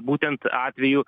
būtent atvejų